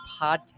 Podcast